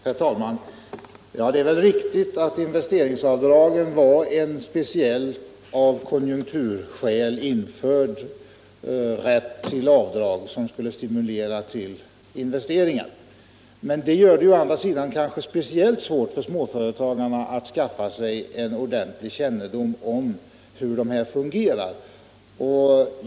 Herr talman! Det är väl riktigt att investeringsavdragen var en speciell, av konjunkturskäl införd rätt till avdrag, som skulle stimulera till investeringar. Men detta gör det å andra sidan kanske speciellt svårt för 125 småföretagarna att skaffa sig ordentlig kännedom om hur reglerna för de här avdragen fungerar.